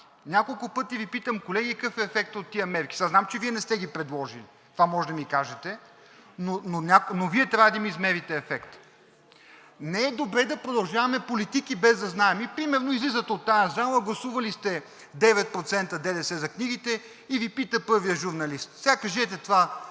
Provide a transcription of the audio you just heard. няколко пъти Ви питам, колеги, какъв е ефектът от тези мерки? Знам, че Вие не сте ги предложили – това можете да ми кажете, но Вие трябва да им измерите ефекта. Не е добре да продължаваме политики, без да знаем. Примерно, излизате от тази зала, гласували сте 9% ДДС за книгите и Ви пита първият журналист: „Кажете това